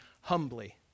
humbly